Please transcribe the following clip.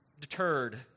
deterred